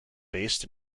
based